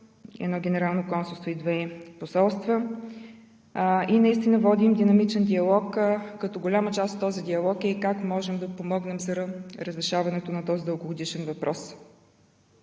едно генерално консулство и две посолства. Наистина водим динамичен диалог, като голяма част от този диалог е как можем да помогнем за разрешаването на този дългогодишен въпрос.